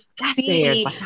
see